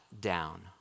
down